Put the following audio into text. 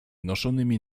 noszonymi